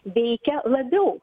veikia labiau